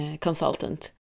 consultant